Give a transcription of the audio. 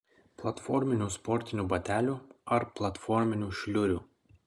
platforminių sportinių batelių ar platforminių šliurių